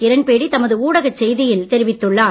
கிரண் பேடி தமது ஊடகச் செய்தியில் தெரிவித்துள்ளார்